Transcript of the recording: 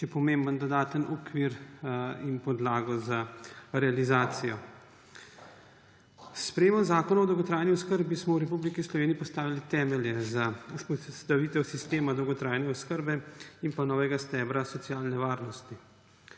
še pomemben dodaten okvir in podlago za realizacijo. S sprejetjem Zakona o dolgotrajni oskrbi smo v Republiki Sloveniji postavili temelje za vzpostavitev sistema dolgotrajne oskrbe in novega stebra socialne varnosti.